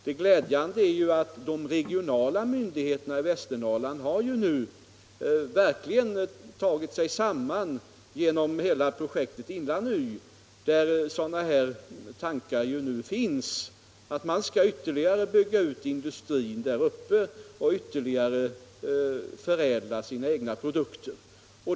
Det glädjande är att de regionala myndigheterna i Västernorrland nu verkligen har tagit sig samman och satt i gång ett projekt där sådana tankar finns och bestämt sig för att ytterligare bygga ut industrin där uppe och vidareförädla sina produkter.